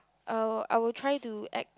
I will I will try to act